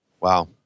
Wow